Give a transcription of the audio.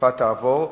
שהמתקפה תעבור,